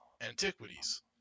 antiquities